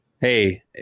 hey